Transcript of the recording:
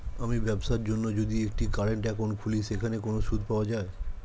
আমি ব্যবসার জন্য যদি একটি কারেন্ট একাউন্ট খুলি সেখানে কোনো সুদ পাওয়া যায়?